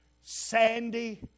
sandy